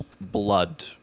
blood